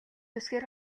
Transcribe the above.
үсгээр